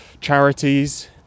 charities